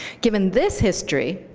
given this history,